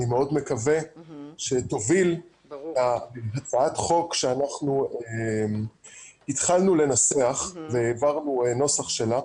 אני מאוד מקווה שתוביל הצעת חוק שאנחנו התחלנו לנסח והעברנו נוסח שלה.